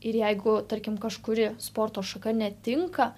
ir jeigu tarkim kažkuri sporto šaka netinka